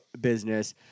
business